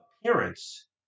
appearance